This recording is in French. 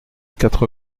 quatre